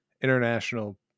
international